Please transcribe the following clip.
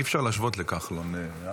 אי-אפשר להשוות לכחלון אף אחד.